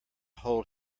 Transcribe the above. hold